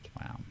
Wow